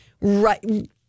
right